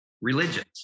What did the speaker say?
religions